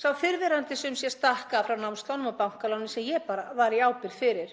Sá fyrrverandi sumsé stakk af frá námsláni og bankaláni sem ég var í ábyrgð fyrir,